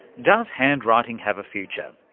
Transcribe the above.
does handwriting have a future?